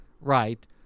Right